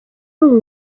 ubu